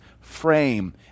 frame